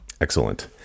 Excellent